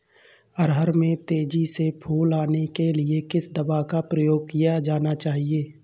अरहर में तेजी से फूल आने के लिए किस दवा का प्रयोग किया जाना चाहिए?